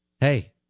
Hey